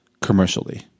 commercially